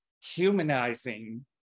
humanizing